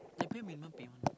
they have to pay minimum payment